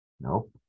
Nope